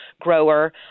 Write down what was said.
grower